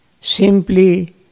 simply